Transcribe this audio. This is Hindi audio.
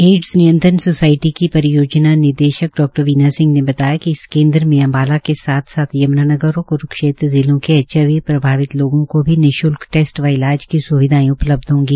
एडस नियंत्रण सोसायटी की परियोजना निदेशक डा बीना सिंह ने बताया कि इस केद्र से अम्बाला से साथ लगते यम्नानगर और क्रूक्षेत्र जिलों में एचआईवी प्रभावित लोगों को निशुल्क टेस्ट व इलाज की स्विधाएं उपलब्ध होगी